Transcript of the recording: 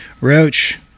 Roach